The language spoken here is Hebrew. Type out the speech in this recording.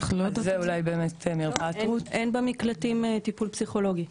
אין במקלטים טיפול פסיכולוגי.